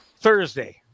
Thursday